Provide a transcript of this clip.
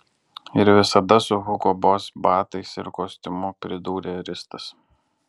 ir visada su hugo boss batais ir kostiumu pridūrė ristas